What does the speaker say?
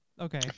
okay